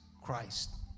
Christ